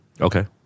Okay